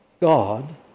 God